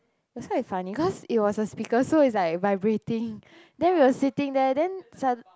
was quite funny cause it was a speaker so is like vibrating then we were sitting there then sudden